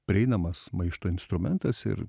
prieinamas maišto instrumentas ir